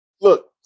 look